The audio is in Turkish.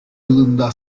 yılında